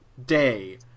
Day